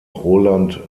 roland